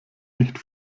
nicht